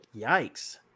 Yikes